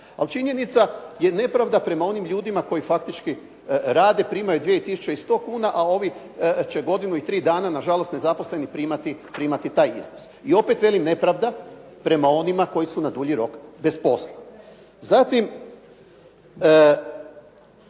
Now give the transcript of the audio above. ali činjenica je nepravda prema onim ljudima koji faktički rade, primaju 2100 kuna a ovi će godinu i tri dana na žalost nezaposleni primati taj iznos. I opet velim nepravda prema onima koji su na dulji rok bez posla. Zatim,